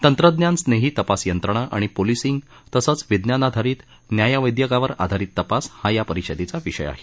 तंत्रज्ञान स्नेही तपास यंत्रणा आणि पोलिसिंग तसंच विज्ञानाधरित न्यायवैदयकावर आधारित तपास हा या परिषदेचा विषय आहे